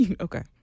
Okay